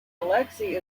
alexei